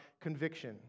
conviction